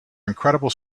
incredible